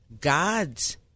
God's